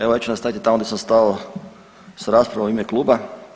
Evo ja ću nastaviti tamo gdje sam stao sa raspravom u ime kluba.